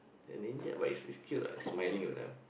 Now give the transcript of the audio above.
endangered but is is cute lah it is smiling at them